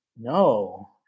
No